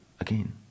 again